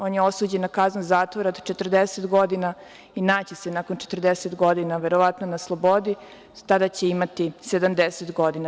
On je osuđen na kaznu zatvora od 40 godina i naći će se nakon 40 godina verovatno na slobodi, tada će imati 70 godina.